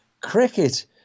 cricket